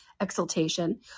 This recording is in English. exultation